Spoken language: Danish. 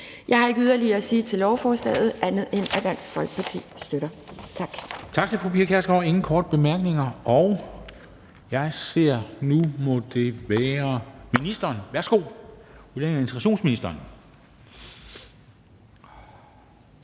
Jeg har ikke yderligere at sige til lovforslaget, andet end at Dansk Folkeparti støtter. Tak.